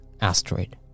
asteroid